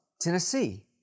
Tennessee